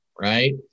Right